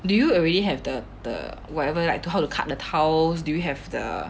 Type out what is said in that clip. do you already have the the whatever like to how to cut the tiles do you have the